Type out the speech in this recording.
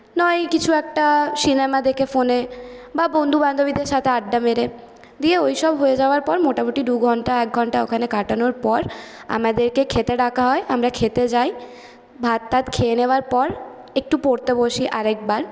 নয় কিছু একটা সিনেমা দেখে ফোনে বা বন্ধুবান্ধবীদের সাথে আড্ডা মেরে দিয়ে ওইসব হয়ে যাওয়ার পর মোটামুটি দুঘণ্টা একঘণ্টা ওখানে কাটানোর পর আমাদেরকে খেতে ডাকা হয় আমরা খেতে যাই ভাতটাত খেয়ে নেওয়ার পর একটু পড়তে বসি আরেকবার